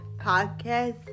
podcast